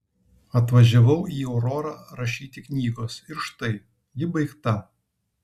atvažiavau į aurorą rašyti knygos ir štai ji baigta